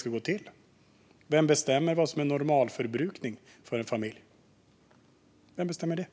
ska gå till. Vem bestämmer vad som är normalförbrukning för en familj? Vem bestämmer det?